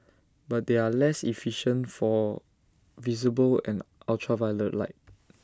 but they are less efficient for visible and ultraviolet light